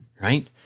right